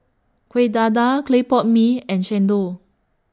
Kueh Dadar Clay Pot Mee and Chendol